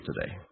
today